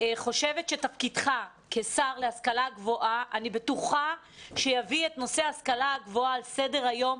שלדעתי תפקידך כשר להשכלה גבוהה יביא את נושא ההשכלה הגבוהה לסדר היום,